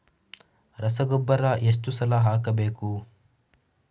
ರಸಗೊಬ್ಬರ ಎಷ್ಟು ಸಲ ಹಾಕಬೇಕು?